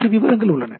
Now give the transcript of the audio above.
மற்ற விவரங்கள் உள்ளன